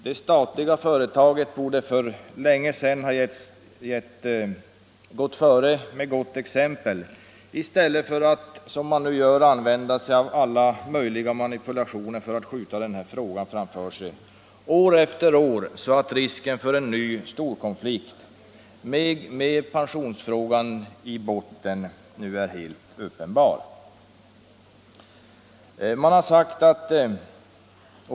Det statliga företaget borde för länge sedan ha gått före med gott exempel, i stället för att som man nu gör använda sig av alla möjliga manipulationer för att skjuta frågan framför sig år efter år så att risken för en ny storkonflikt, med pensionsfrågan i botten, nu är helt uppenbar.